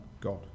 god